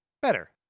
Better